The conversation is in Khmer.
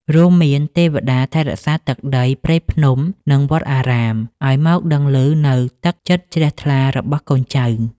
រួមមានទេវតាដែលថែរក្សាទឹកដី ព្រៃភ្នំ និងវត្តអារាម ឱ្យមកដឹងឮនូវទឹកចិត្តជ្រះថ្លារបស់កូនចៅ។